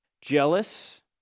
Jealous